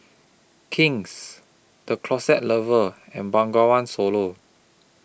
King's The Closet Lover and Bengawan Solo